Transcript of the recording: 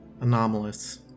anomalous